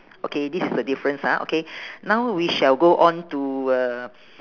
okay this is the difference ah okay now we shall go on to uh